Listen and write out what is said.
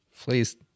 please